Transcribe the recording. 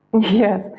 Yes